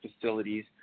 facilities